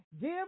Give